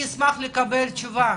אשמח לקבל תשובה